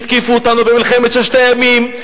התקיפו אותנו במלחמת ששת הימים,